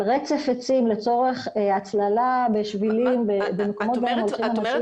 על רצף עצים לצורך הצללה בשבילים ובמקומות בהם הולכים אנשים.